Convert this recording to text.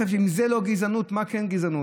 אם זה לא גזענות מה כן גזענות?